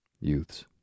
youths